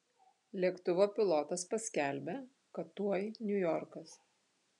lėktuvo pilotas paskelbia kad tuoj niujorkas